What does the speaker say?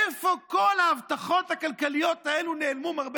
לאן כל ההבטחות הכלכליות האלה נעלמו, מר בנט?